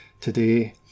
today